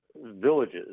villages